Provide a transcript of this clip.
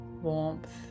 warmth